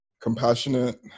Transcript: compassionate